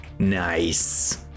Nice